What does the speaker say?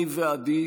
ניב ועדי,